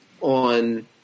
on